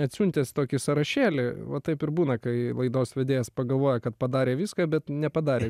atsiuntęs tokį sąrašėlį va taip ir būna kai laidos vedėjas pagalvoja kad padarė viską bet nepadarė